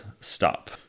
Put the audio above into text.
stop